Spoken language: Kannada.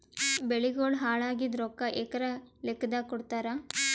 ಬೆಳಿಗೋಳ ಹಾಳಾಗಿದ ರೊಕ್ಕಾ ಎಕರ ಲೆಕ್ಕಾದಾಗ ಕೊಡುತ್ತಾರ?